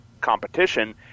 competition